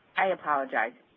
i apologize.